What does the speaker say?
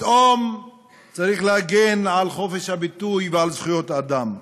פתאום צריך להגן על חופש הביטוי ועל זכויות אדם.